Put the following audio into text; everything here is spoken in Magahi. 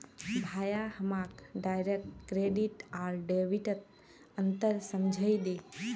भाया हमाक डायरेक्ट क्रेडिट आर डेबिटत अंतर समझइ दे